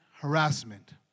harassment